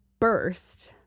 burst